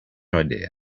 idea